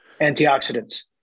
antioxidants